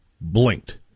blinked